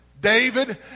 david